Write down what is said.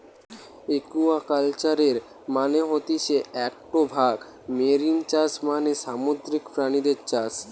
একুয়াকালচারের মানে হতিছে একটো ভাগ মেরিন চাষ মানে সামুদ্রিক প্রাণীদের চাষ